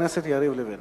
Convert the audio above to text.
סיימת עם ההודעות?